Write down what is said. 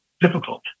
difficult